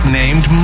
named